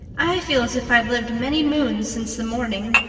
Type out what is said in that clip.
i feel as if i'd lived many moons since the morning.